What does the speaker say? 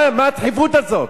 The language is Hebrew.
מה הדחיפות הזאת?